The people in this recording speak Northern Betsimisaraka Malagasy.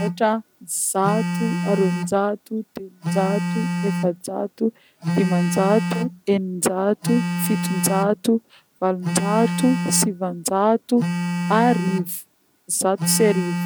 ôtra, zato, roanjato, telonjato, efajato, dimanjato, eninjato, fitonjato, valonjato, sivinjato, arivo, zato sy arivo